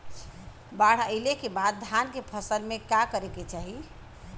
बाढ़ आइले के बाद धान के फसल में का करे के चाही?